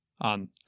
on